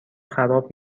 خراب